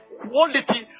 quality